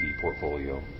portfolio